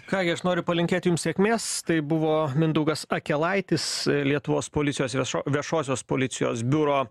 ką gi aš noriu palinkėti jum sėkmės tai buvo mindaugas akelaitis lietuvos policijos viešo viešosios policijos biuro